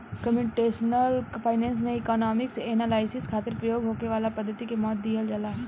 computational finance में economic analysis खातिर प्रयोग होखे वाला पद्धति के महत्व दीहल जाला